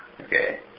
Okay